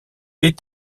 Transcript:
est